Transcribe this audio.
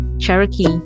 Cherokee